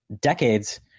decades